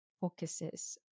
focuses